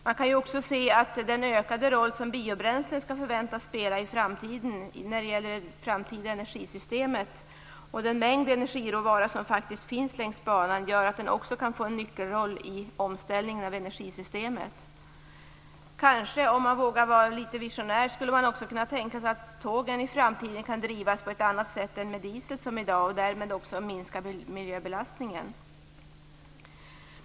Man kan också se att den ökade roll som biobränslen förväntas spela när det gäller framtida energisystem och den mängd energiråvara som faktiskt finns längs banan kan innebära att den får en nyckelroll vid omställningen av energisystemet. Om man vågar vara litet visionär skulle man kanske också kunna tänka sig att tågen i framtiden kan drivas på ett annat sätt än med diesel och därmed minska miljöbelastningen.